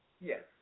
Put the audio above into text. Yes